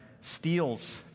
steals